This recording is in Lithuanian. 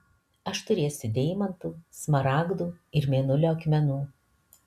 aš turėsiu deimantų smaragdų ir mėnulio akmenų